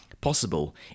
possible